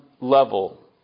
level